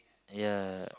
ya